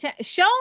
show